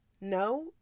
no